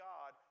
God